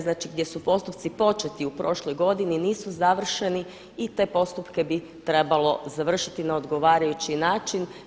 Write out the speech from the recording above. Znači, gdje su postupci početi u prošloj godini nisu završeni i te postupke bi trebalo završiti na odgovarajući način.